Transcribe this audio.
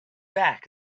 back